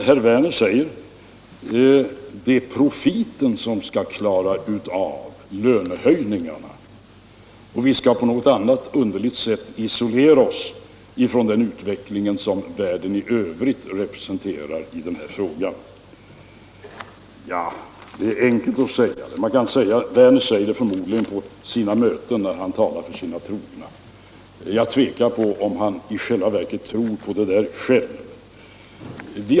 Han säger att det är profiten som skall klara av lönehöjningarna och att vi på något underligt sätt skall isolera oss från den utveckling som världen i övrigt representerar. Det är enkelt att säga detta. Herr Werner säger det förmodligen på sina möten när han talar för sina trogna. Men jag tvivlar på att han tror på det själv.